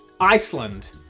Iceland